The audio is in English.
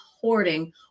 hoarding